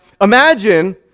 imagine